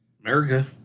America